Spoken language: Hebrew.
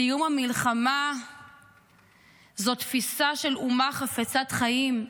סיום המלחמה זאת תפיסה של אומה חפצת חיים.